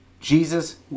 Jesus